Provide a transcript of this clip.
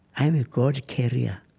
i'm a god-carrier.